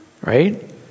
Right